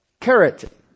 Carrot